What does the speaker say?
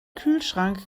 kühlschrank